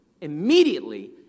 immediately